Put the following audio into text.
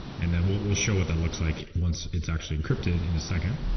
and then we'll we'll show what that looks like once it's actually encrypted in a second